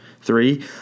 three